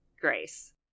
Grace